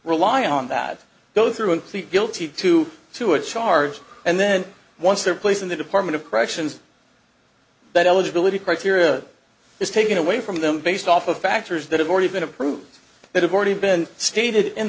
rely on that go through and plead guilty to to a charge and then once they're placed in the department of corrections that eligibility criteria is taken away from them based off of factors that have already been approved that have already been stated in